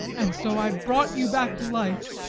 and so i brought you back to life,